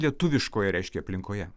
lietuviškoje reiškia aplinkoje